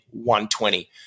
120